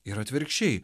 ir atvirkščiai